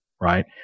right